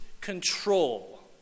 control